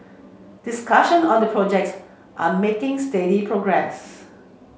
discussion on the projects are making steady progress